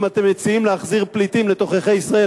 אם אתם מציעים להחזיר פליטים לתוככי ישראל,